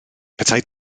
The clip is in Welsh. petai